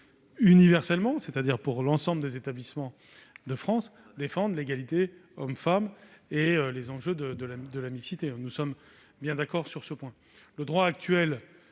universelle, c'est-à-dire pour l'ensemble des établissements de France, l'égalité entre les femmes et les hommes et les enjeux de la mixité- nous sommes bien d'accord sur ce point. Le droit actuel